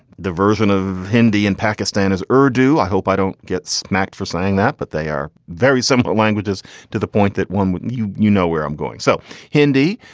the version of hindi in pakistan is urdu. i hope i don't get smacked for saying that, but they are very similar languages to the point that one, you you know where i'm going. so hindi.